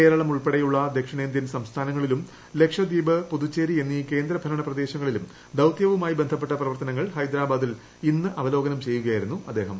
കേരളം ഉൾപ്പെടെയുള്ള ദക്ഷിണേന്ത്യൻ സംസ്ഥാനങ്ങളിലും ലക്ഷദ്വീപ് പുതുച്ചേരി എന്നീ കേന്ദ്രഭരണ പ്രദേശങ്ങളിലും ദൌത്യവുമായി ബന്ധപ്പെട്ട പ്രവർത്തനങ്ങൾ ഹൈദരാബാദിൽ ഇന്ന് അവലോകനം ചെയ്യുകയായിരുന്നു അദ്ദേഹം